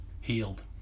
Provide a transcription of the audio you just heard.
Healed